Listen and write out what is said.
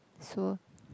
so